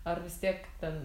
ar vis tiek ten